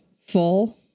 full